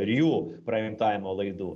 ir jų projektavimo laidų